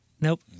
Nope